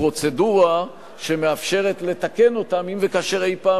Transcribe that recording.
פרוצדורה שמאפשרת לתקן אותם אם וכאשר אי-פעם